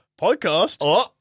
podcast